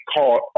called